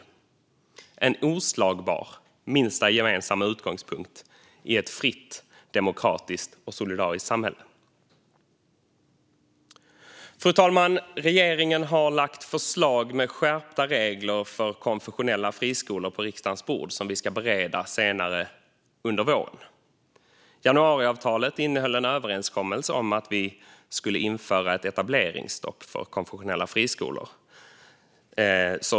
Det är en oslagbar minsta gemensamma utgångspunkt i ett fritt, demokratiskt och solidariskt samhälle. Fru talman! Regeringen har lagt fram förslag på riksdagens bord om skärpta regler för konfessionella friskolor som vi ska bereda senare under våren. Januariavtalet innehöll en överenskommelse om att vi skulle införa ett etableringsstopp för konfessionella friskolor.